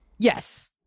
Yes